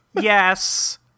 Yes